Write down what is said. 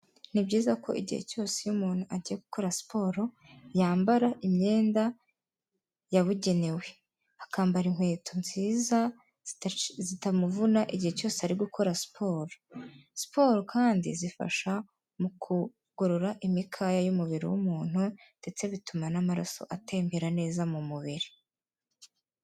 Ni byiza ko igihe cyose iyo umuntu agiye gukora siporo yambara imyenda yabugenewe akambara inkweto nziza zitamuvuna igihe cyose ari gukora siporo, siporo kandi zifasha mu kugorora imikaya y'umubiri w'umuntu ndetse bituma n'amaraso atembera neza mu mubiri.